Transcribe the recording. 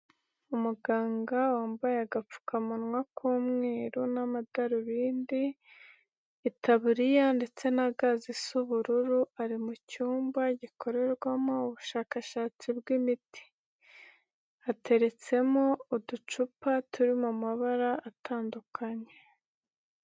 Umuganga wambaye agapfukamunwa k'umweru n'amadarubindi, itaburiya ndetse na ga zisa ubururu ari mu cyumba gikorerwamo ubushakashatsi bw'imiti, hateretsemo uducupa turi mu mabara atandukanye.